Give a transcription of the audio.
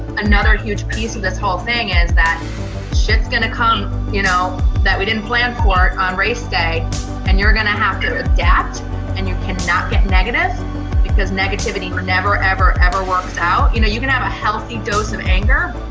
another huge piece of this whole thing is that shit's going to come you know that we didn't plan for on race day and you're gonna have to adapt and you cannot get negative because negativity never, ever, ever works out, you know you can have a healthy dose of anger,